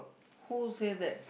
who say that